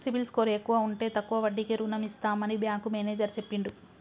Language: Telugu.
సిబిల్ స్కోర్ ఎక్కువ ఉంటే తక్కువ వడ్డీకే రుణం ఇస్తామని బ్యాంకు మేనేజర్ చెప్పిండు